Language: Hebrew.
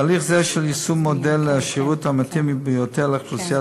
תהליך זה של יישום מודל השירות המתאים ביותר לאוכלוסייה